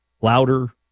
Louder